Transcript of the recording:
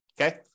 Okay